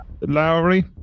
Lowry